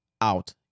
out